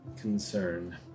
Concern